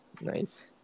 Nice